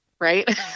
right